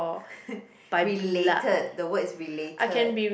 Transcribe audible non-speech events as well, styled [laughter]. [breath] related the word is related